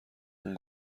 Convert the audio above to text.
اون